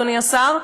אדוני השר,